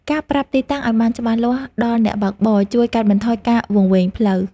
ការប្រាប់ទីតាំងឱ្យបានច្បាស់លាស់ដល់អ្នកបើកបរ ជួយកាត់បន្ថយការវង្វេងផ្លូវ។